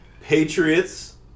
Patriots